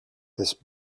this